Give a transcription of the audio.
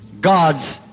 God's